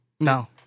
No